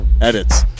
edits